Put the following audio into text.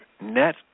net